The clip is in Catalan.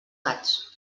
gats